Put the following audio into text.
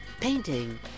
painting